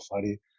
funny